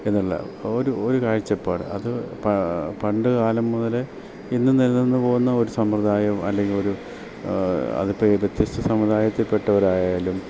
എന്നുള്ള ഒരു ഒരു കാഴ്ചപ്പാട് അത് പ പണ്ട് കാലം മുതലേ ഇന്ന് നില നിന്ന് പോകുന്ന ഒരു സമ്പ്രദായം അല്ലെങ്കിൽ ഒരു അതിപ്പോൾ വ്യത്യസ്ത സമുദായത്തിൽപ്പെട്ടവർ ആയാലും